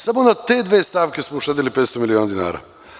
Samo na te dve stavke smo uštedeli 500 miliona dinara.